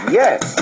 yes